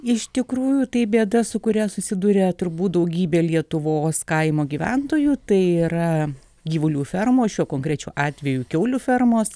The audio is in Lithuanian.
iš tikrųjų tai bėda su kuria susiduria turbūt daugybė lietuvos kaimo gyventojų tai yra gyvulių fermos šiuo konkrečiu atveju kiaulių fermos